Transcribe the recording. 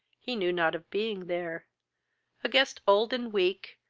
he knew not of being there a guest old and weak,